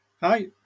Hi